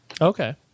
Okay